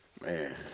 Man